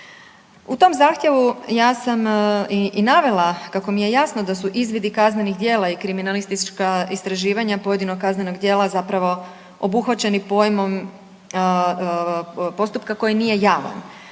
U tom zahtjevu ja sam i navela kako mi je jasno da su izvidi kaznenih djela i kriminalistička istraživanja pojedinog kaznenog djela zapravo obuhvaćeni pojmom postupka koji nije javan.